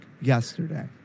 yesterday